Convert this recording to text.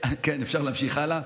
כן, אפשר להמשיך הלאה.